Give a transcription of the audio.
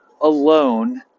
alone